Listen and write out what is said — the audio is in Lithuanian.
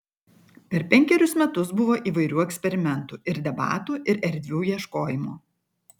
per penkerius metus buvo įvairių eksperimentų ir debatų ir erdvių ieškojimo